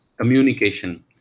communication